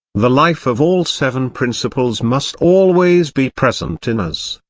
the life of all seven principles must always be present in us,